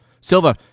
Silva